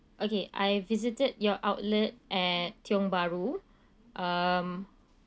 okay I visited your outlet at tiong bahru um